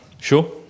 Sure